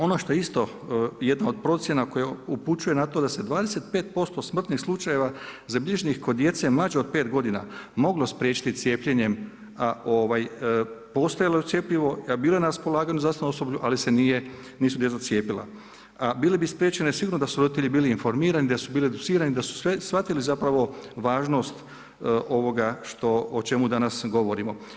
Ono što je isto jedna od procjena koja upućuje na to da se 25% smrtnih slučajeva zabilježenih kod djece mlađe od 5 godina moglo spriječiti cijepljenjem postojalo je cjepivo, a bilo je na raspolaganju zdravstvenom osoblju ali se nisu djeca cijepila, bili bi spriječeni sigurno da su roditelji bili informirani, da su bili educirani i da su shvatili zapravo važnost ovoga o čemu danas govorimo.